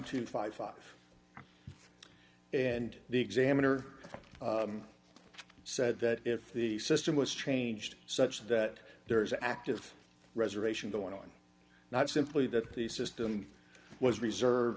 dollars and the examiner said that if the system was changed such that there is active reservation going on not simply that the system was reserved